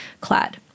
clad